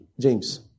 James